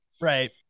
Right